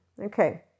Okay